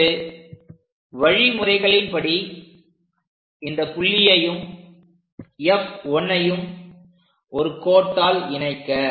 இப்பொழுது வழிமுறைகளின் படி இந்த புள்ளியையும் F1ஐயும் ஒரு கோட்டால் இணைக்க